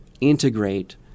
integrate